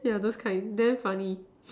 yeah those kind damn funny